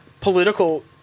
political